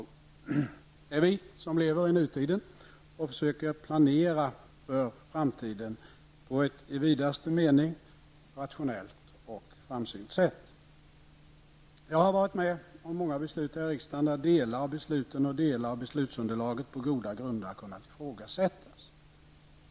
Det är vi som lever i nutiden och försöker planera för framtiden på ett i vidaste mening rationellt och framsynt sätt. Jag har varit med om många beslut här i riksdagen då delar av beslutet och delar av beslutsunderlaget på goda grunder har kunnat ifrågasättas.